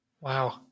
Wow